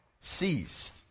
ceased